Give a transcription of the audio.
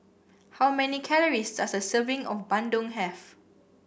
how many calories does a serving of Bandung have